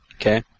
Okay